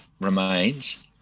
remains